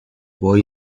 boy